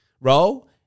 roll